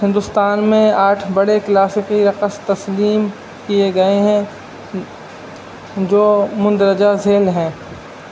ہندوستان میں آٹھ بڑے کلاسکی رقص تسلیم کیے گئے ہیں جو مندرجہ ذیل ہیں